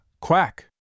Quack